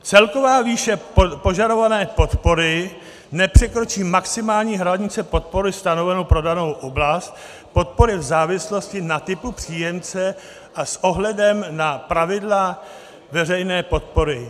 Celková výše požadované podpory nepřekročí maximální hranici podpory stanovenou pro danou oblast, podpory v závislosti na typu příjemce a s ohledem na pravidla veřejné podpory.